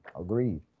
Agreed